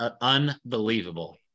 unbelievable